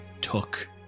took